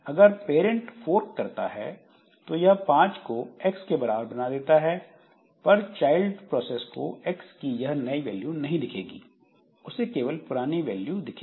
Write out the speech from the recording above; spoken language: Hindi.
अगर पेरेंट फोर्क करता है तो यह 5 को एक्स के बराबर बना देता है पर चाइल्ड प्रोसेस को एक्स की यह नई वैल्यू नहीं दिखेगी उसे केवल पुरानी वैल्यू दिखेगी